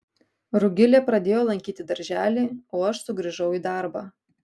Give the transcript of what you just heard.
rugilė pradėjo lankyti darželį o aš sugrįžau į darbą